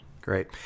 Great